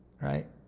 right